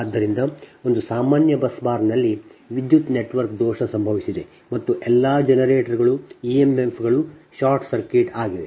ಆದ್ದರಿಂದ ಒಂದು ಸಾಮಾನ್ಯ ಬಸ್ ಬಾರ್ನಲ್ಲಿ ವಿದ್ಯುತ್ ನೆಟ್ವರ್ಕ್ ದೋಷ ಸಂಭವಿಸಿದೆ ಮತ್ತು ಎಲ್ಲಾ ಜನರೇಟರ್ಗಳು ಇಎಮ್ಎಫ್ಗಳು ಶಾರ್ಟ್ ಸರ್ಕ್ಯೂಟ್ ಆಗಿವೆ